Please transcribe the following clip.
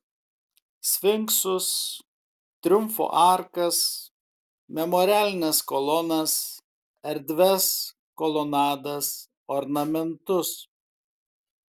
sfinksus triumfo arkas memorialines kolonas erdvias kolonadas ornamentus